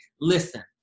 listen